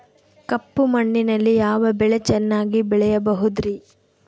ಕಪ್ಪು ಮಣ್ಣಿನಲ್ಲಿ ಯಾವ ಬೆಳೆ ಚೆನ್ನಾಗಿ ಬೆಳೆಯಬಹುದ್ರಿ?